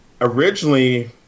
originally